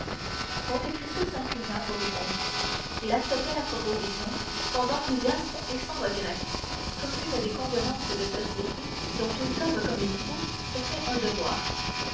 présentations monte cristo s'inclina pour répondre il acceptait la proposition sans enthousiasme et sans regrets comme une des convenances de société dont tout homme comme il faut se fait un devoir